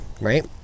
right